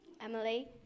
Emily